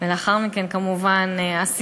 הכנסת זהבה גלאון, בבקשה.